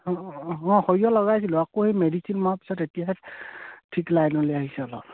অঁ অঁ অঁ সৰিয়ঁহ লগাইছিলোঁ আকৌ সেই মেডিচিন মৰাৰ পিছত এতিয়াহে ঠিক লাইনলে আহিছে অলপ